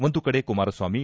ಒಂದು ಕಡೆ ಕುಮಾರಸ್ವಾಮಿ